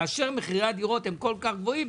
כאשר מחירי הדירות כל כך גבוהים,